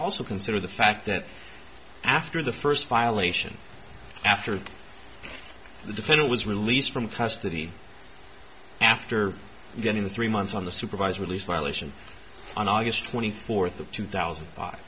also consider the fact that after the first violation after the defendant was released from custody after getting the three months on the supervised release violation on august twenty fourth of two thousand